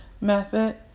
method